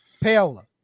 Paola